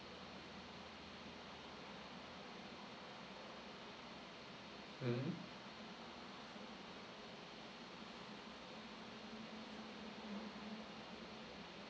mmhmm